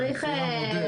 זה לפי המודל,